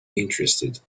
interested